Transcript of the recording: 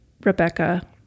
Rebecca